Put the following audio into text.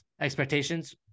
expectations